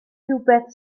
rhywbeth